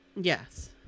Yes